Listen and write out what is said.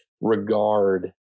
regard